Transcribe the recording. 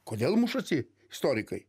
kodėl mušasi istorikai